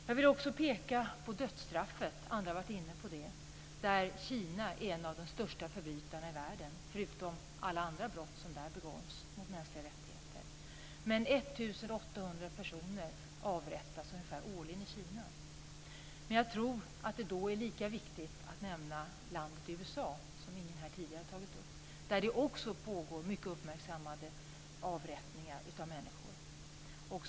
Jag vill också peka på dödsstraffet - andra har varit inne på det - där Kina är en av de största förbrytarna i världen. Då tänker jag inte på alla andra brott mot mänskliga rättigheter som begås där. Ungefär 1 800 personer avrättas årligen i Kina. Jag tror att det är lika viktigt att nämna landet USA, som ingen här har tagit upp tidigare. Där pågår det också mycket uppmärksammade avrättningar av människor.